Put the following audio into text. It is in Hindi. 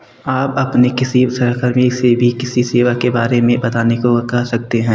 आप अपने किसी सहकर्मी से भी किसी सेवा के बारे में बताने को कह सकते हैं